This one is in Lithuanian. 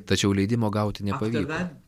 tafiau leidimo gauti nepavyko